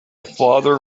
father